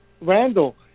Randall